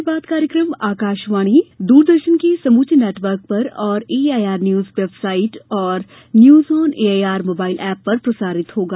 मन की बात कार्यक्रम आकाशवाणी दूरदर्शन से समूचे नेटवर्क पर और एआईआर न्यूज वेबसाइट और news on AIR mobile app पर प्रसारित होगा